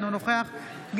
אינה נוכחת משה סעדה,